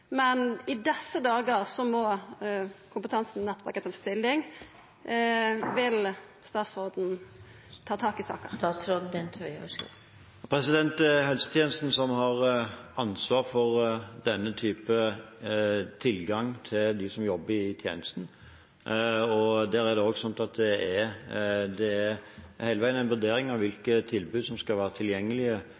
Men i desse dagar må kompetansenettverket ta stilling. Vil statsråden ta tak i saka? Det er helsetjenesten som har ansvar for denne type tilgang til de som jobber i tjenesten, og der er det også slik at det hele veien er en vurdering av hvilke tilbud som skal være tilgjengelige